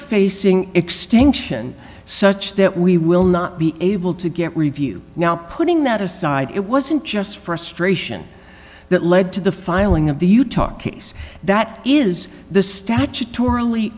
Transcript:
facing extinction such that we will not be able to get review now putting that aside it wasn't just frustration that led to the filing of the utah case that is the statutor